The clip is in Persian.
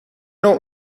نوع